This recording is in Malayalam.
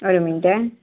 ഒരു മിൻറ്റെ